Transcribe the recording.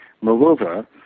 Moreover